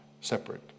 separate